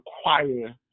require